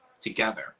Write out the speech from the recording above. together